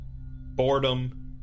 boredom